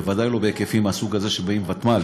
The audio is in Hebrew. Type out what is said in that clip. בוודאי לא בהיקפים מהסוג הזה שבאים לוותמ"ל.